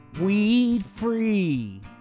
weed-free